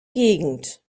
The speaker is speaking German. gegend